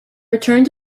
returned